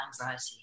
anxiety